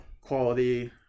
quality